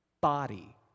body